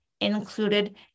included